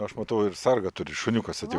aš matau ir sargą turit šuniukas atėjo